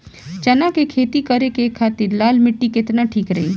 चना के खेती करे के खातिर लाल मिट्टी केतना ठीक रही?